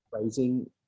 raising